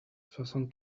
soixante